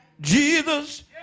Jesus